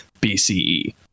BCE